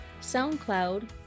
SoundCloud